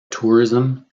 tourism